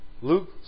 Luke